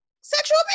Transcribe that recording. sexual